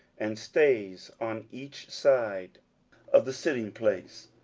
and stays on each side of the sitting place,